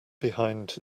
behind